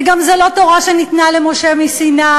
וזה גם לא תורה שניתנה למשה מסיני,